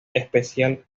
especial